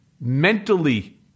mentally